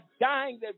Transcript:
dying